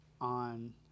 on